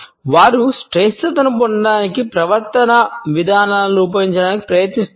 వారు శ్రేష్ఠతను పొందడానికి ప్రవర్తనా విధానాలను రూపొందించడానికి ప్రయత్నిస్తున్నారు